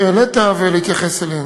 שהעלית ולהתייחס אליהן.